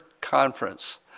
conference